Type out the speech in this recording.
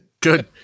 Good